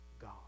God